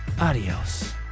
Adios